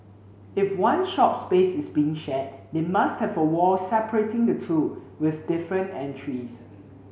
if one shop space is being shared they must have a wall separating the two with different entries